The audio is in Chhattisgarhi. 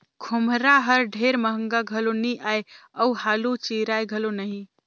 खोम्हरा हर ढेर महगा घलो नी आए अउ हालु चिराए घलो नही